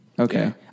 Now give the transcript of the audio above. Okay